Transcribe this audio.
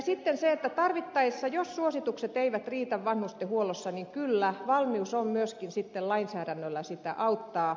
sitten se että tarvittaessa jos suositukset eivät riitä vanhustenhuollossa kyllä valmius on myöskin lainsäädännöllä sitä auttaa